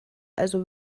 also